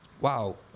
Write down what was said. Wow